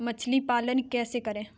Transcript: मछली पालन कैसे करें?